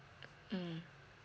mmhmm